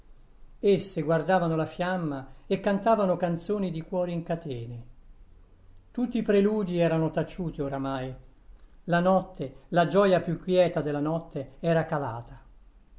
lampioni esse guardavano la fiamma e cantavano canzoni di cuori in catene tutti i preludii erano taciuti oramai la notte la gioia più quieta della notte era calata